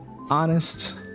Honest